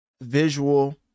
visual